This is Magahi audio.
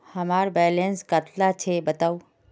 हमार बैलेंस कतला छेबताउ?